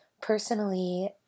personally